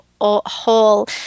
whole